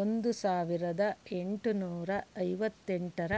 ಒಂದು ಸಾವಿರದ ಎಂಟು ನೂರ ಐವತ್ತೆಂಟರ